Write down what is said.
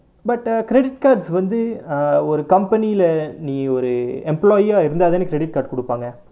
but uh credit cards வந்து:vanthu err ஒரு:oru company leh நீ ஒரு:nee oru employee ah இருந்த தானே:iruntha thaanae credit card கொடுப்பாங்க:kodupaanga